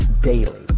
daily